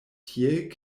tiel